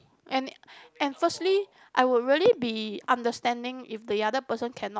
and and firstly I would really be understanding if the other person cannot